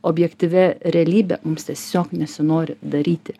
objektyvia realybe mums tiesiog nesinori daryti